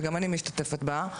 שגם אני משתתפת בה,